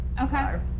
okay